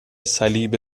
صلیب